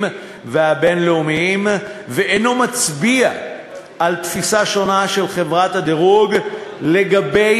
והבין-לאומיים ואינו מצביע על תפיסה שונה של חברת הדירוג לגבי